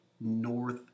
North